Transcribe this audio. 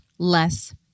Less